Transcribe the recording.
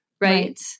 Right